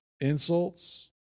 insults